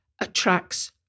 attracts